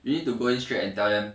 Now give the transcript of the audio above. you need to go in straight and tell them